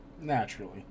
Naturally